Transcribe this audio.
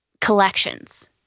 collections